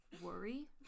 Worry